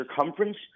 circumference